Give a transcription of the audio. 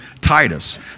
Titus